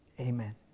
amen